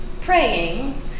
praying